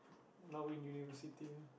now in university ah